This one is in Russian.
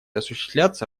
осуществляться